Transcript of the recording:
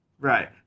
right